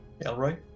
Elroy